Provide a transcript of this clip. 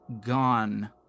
gone